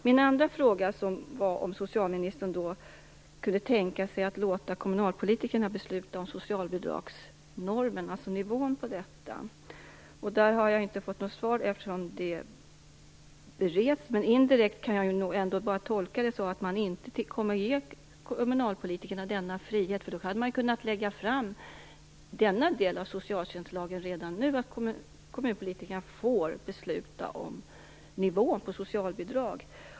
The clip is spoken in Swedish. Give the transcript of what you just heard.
Min andra fråga var om socialministern kunde tänka sig att låta kommunalpolitikerna besluta om nivån för socialbidragsnormen. Där har jag inte fått något svar eftersom det bereds. Indirekt tolkar jag dock det som att man inte kommer att ge kommunalpolitikerna denna frihet. I så fall hade man ju kunnat lägga fram denna del av socialtjänstlagen redan nu - att kommunpolitikerna får besluta om nivån på socialbidrag.